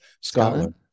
scotland